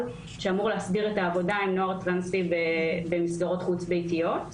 שאמור להסדיר את העבודה עם נוער טרנסי במסגרות חוץ ביתיות.